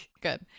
Good